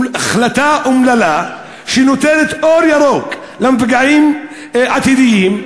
החלטה אומללה שנותנת אור ירוק למפגעים עתידיים,